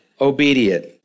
obedient